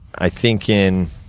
i think in